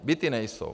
Byty nejsou.